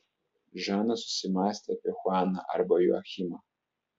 žana susimąstė apie chuaną arba joachimą